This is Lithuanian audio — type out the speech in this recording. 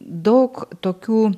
daug tokių